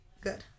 Good